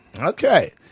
Okay